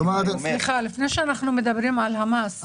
לפני שאנחנו מדברים על המס,